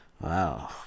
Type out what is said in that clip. wow